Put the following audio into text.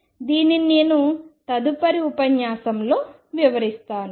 దీనిని నేను తదుపరి ఉపన్యాసంలో వివరిస్తాను